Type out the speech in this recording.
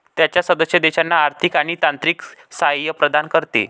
त्याच्या सदस्य देशांना आर्थिक आणि तांत्रिक सहाय्य प्रदान करते